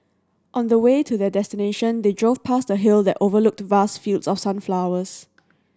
on the way to their destination they drove past a hill that overlooked vast fields of sunflowers